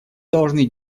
должны